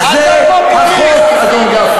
על זה החוק, אדון גפני.